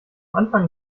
anfang